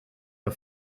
nur